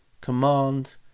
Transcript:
command